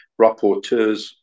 rapporteurs